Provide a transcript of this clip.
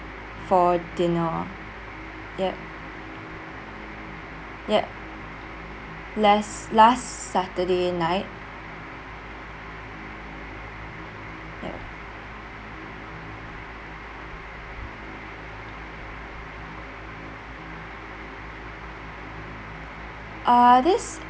for dinner ya ya less last saturday night ya uh this